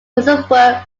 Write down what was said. musselburgh